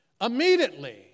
immediately